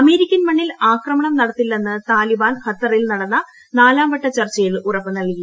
American മണ്ണിൽ ആക്രമണം നടത്തില്ലെന്ന് താലിബാൻ ഖത്തറിൽ നടന്ന നാലാം വട്ട ചർച്ചയിൽ ഉറപ്പുനൽകി